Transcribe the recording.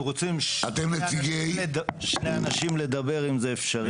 אנחנו רוצים לדבר, שני אנשים, אם זה אפשרי.